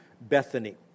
Bethany